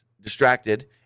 distracted